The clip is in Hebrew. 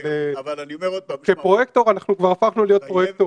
אבל כפרויקטור אנחנו כבר הפכנו להיות פרויקטורים.